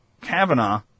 Kavanaugh